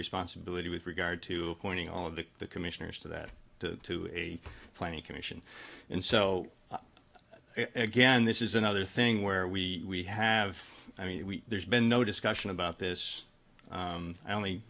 responsibility with regard to pointing all of the commissioners to that to a plenty commission and so again this is another thing where we have i mean there's been no discussion about this i only